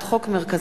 לכן